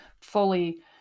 fully